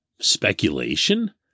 speculation